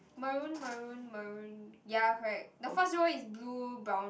maroon maroon maroon ya correct the first row is blue brown